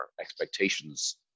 expectations